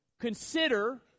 Consider